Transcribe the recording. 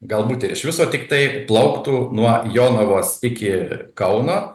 galbūt ir iš viso tiktai plauktų nuo jonavos iki kauno